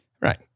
Right